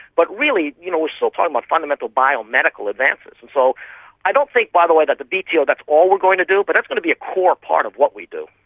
but really you know we're still talking about fundamental biomedical advances. and so i don't think, by the way, that the bto, that's all we going to do, but that's going to be a core part of what we do.